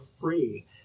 free